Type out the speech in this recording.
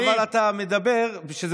אבל אתה מדבר, וזה